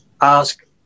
ask